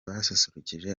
basusurukije